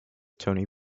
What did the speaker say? toni